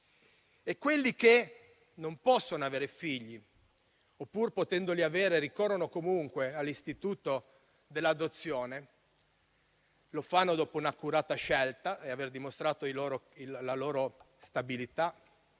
Coloro che non possono avere figli, oppure, potendoli avere, ricorrono comunque all'istituto dell'adozione (dopo un'accurata scelta e dopo aver dimostrato la loro stabilità